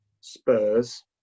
Spurs